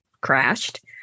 crashed